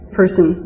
person